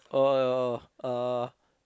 oh oh oh uh